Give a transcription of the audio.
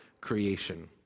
creation